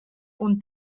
und